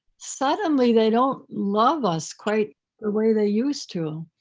suddenly they don't love us quite the way they used to.